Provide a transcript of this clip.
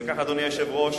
וכך, אדוני היושב-ראש,